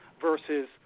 versus